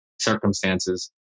circumstances